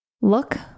look